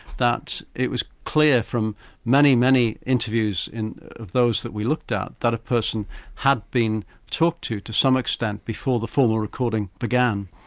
that it was clear from many, many interviews of those that we looked at, that a person had been talked to, to some extent, before the formal recording began.